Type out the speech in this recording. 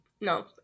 No